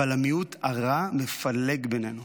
אבל המיעוט הרע מפלג בינינו.